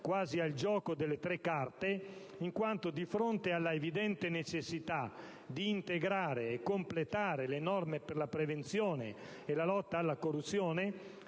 quasi al gioco delle tre carte, in quanto di fronte all'evidente necessità di integrare e completare le norme per la prevenzione e la lotta alla corruzione,